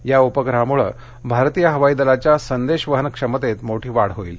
या उपग्रहामुळे भारतीय हवाई दलाच्या संदेशवहन क्षमतेत मोठी वाढ होईल